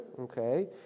Okay